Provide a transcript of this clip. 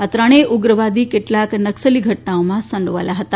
આ ત્રણેય ઉગ્રવાદી કેટલાક નક્સલી ઘટનાઓમાં સંડીવાયેલા હતા